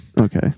Okay